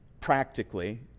practically